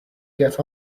get